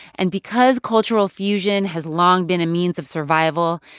and because cultural fusion has long been a means of survival,